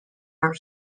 art